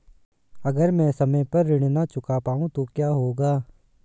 अगर म ैं समय पर ऋण न चुका पाउँ तो क्या होगा?